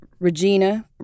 Regina